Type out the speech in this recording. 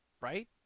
right